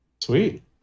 Sweet